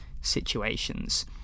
situations